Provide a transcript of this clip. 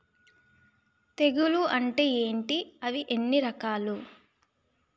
తెగులు అంటే ఏంటి అవి ఎన్ని రకాలు?